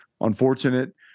unfortunate